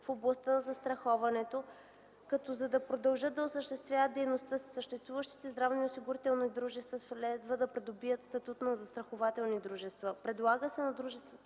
в областта на застраховането, като за да продължат да осъществяват дейността си, съществуващите здравноосигурителни дружества следва да придобият статут на застрахователни дружества. Предлага се на дружествата